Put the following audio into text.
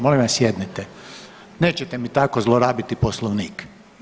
Molim vas sjednite, nećete mi tako zlorabiti poslovnik.